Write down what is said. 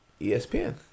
ESPN